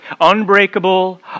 Unbreakable